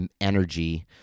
energy